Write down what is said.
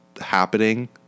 happening